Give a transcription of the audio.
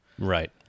Right